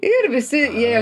ir visi jie